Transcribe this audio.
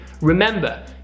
remember